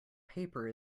paper